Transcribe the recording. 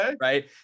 right